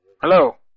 Hello